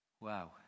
Wow